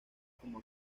como